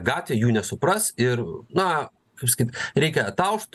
gatvė jų nesupras ir na kaip sakyt reikia ataušt